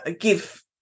give